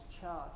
charge